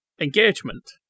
engagement